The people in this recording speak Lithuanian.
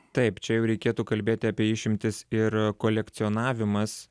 taip čia jau reikėtų kalbėti apie išimtis ir kolekcionavimas